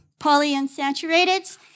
polyunsaturated